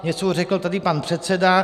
Něco už řekl tady pan předseda.